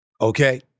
okay